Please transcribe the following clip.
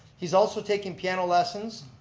he's also taking piano lessons,